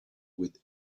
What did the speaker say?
with